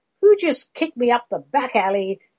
who-just-kicked-me-up-the-back-alley